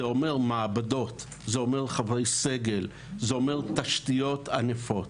זה אומר מעבדות, חברי סגל, תשתיות ענפות.